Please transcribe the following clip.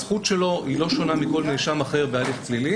הזכות שלו היא לא שונה מזו של כל נאשם אחר בהליך פלילי.